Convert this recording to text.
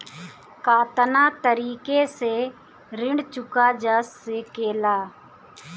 कातना तरीके से ऋण चुका जा सेकला?